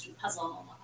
puzzle